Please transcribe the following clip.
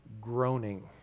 groaning